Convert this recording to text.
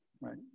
Right